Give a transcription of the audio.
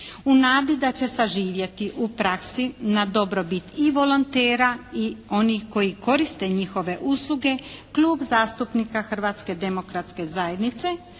U nadi da će saživjeti u praksi na dobrobit i volontera i onih koji koriste njihove usluge Klub zastupnika Hrvatske demokratske zajednice